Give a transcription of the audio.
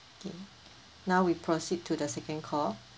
okay now we proceed to the second call